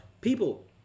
people